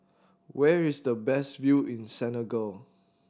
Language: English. where is the best view in Senegal